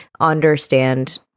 understand